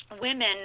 women